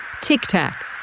tic-tac